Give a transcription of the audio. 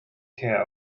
care